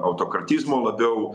autokratizmo labiau